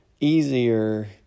easier